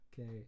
Okay